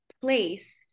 place